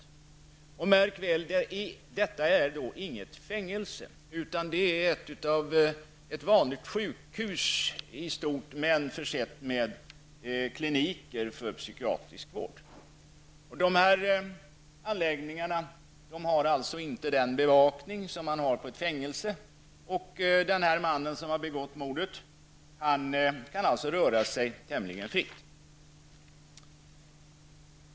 Man bör notera att detta inte är något fängelse, utan i stort sett ett vanligt sjukhus försett med kliniker för psykiatrisk vård. Dessa anläggningar har inte den bevakning som man har på ett fängelse. Mannen som har begått mordet kan alltså röra sig tämligen fritt.